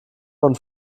und